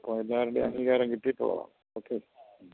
അപ്പം എല്ലാവരുടെയും അംഗീകാരം കിട്ടിയിട്ടുള്ളതാണ് ഓക്കെ